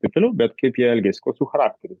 taip toliau bet kaip jie elgiasi kokiu charakteriu